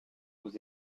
aux